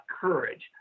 courage